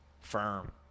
firm